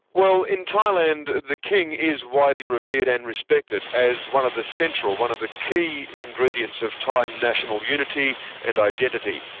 well, in thailand the king is widely revered and respected as one of the central, one of the key ingredients of thai national unity and identity.